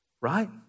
right